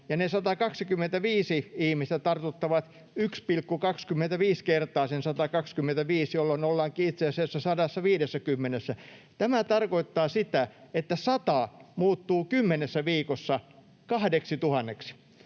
ne 125 ihmistä tartuttavat 1,25 kertaa sen 125, jolloin ollaankin itse asiassa 150:ssä. Tämä tarkoittaa sitä, että 100 muuttuu kymmenessä viikossa 2 000:ksi.